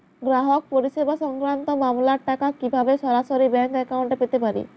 গ্রাহক পরিষেবা সংক্রান্ত মামলার টাকা কীভাবে সরাসরি ব্যাংক অ্যাকাউন্টে পেতে পারি?